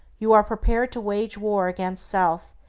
you are prepared to wage war against self,